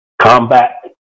combat